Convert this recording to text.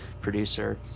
producer